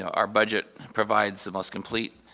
our budget provides the most complete